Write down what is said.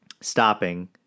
stopping